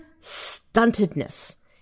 stuntedness